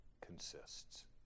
consists